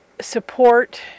support